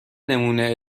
نمونه